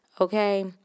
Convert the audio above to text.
okay